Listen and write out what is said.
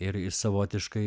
ir savotiškai